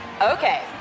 Okay